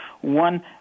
One